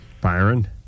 Byron